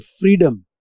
freedom